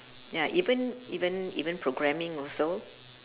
ya even even even programming also